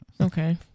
Okay